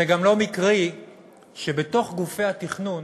זה גם לא מקרי שבתוך גופי התכנון